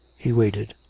he waited.